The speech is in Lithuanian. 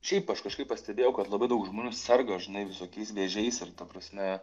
šiaip aš kažkaip pastebėjau kad labai daug žmonių serga žinai visokiais vėžiais ir ta prasme